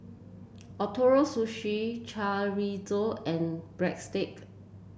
Ootoro Sushi Chorizo and Breadsticks